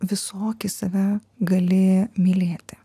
visokį save gali mylėti